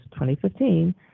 2015